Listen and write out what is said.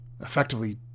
effectively